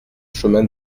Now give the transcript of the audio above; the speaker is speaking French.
chemin